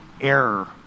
error